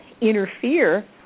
interfere